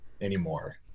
anymore